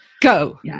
Go